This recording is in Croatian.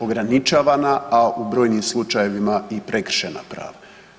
Ograničavana, a u brojnim slučajevima i prekršena prava.